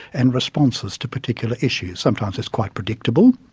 and responses to particular issues. sometimes it's quite predictable.